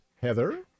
Heather